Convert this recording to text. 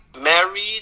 married